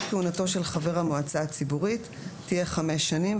כהונתו של חבר המועצה הציבורית תהיה חמש שנים,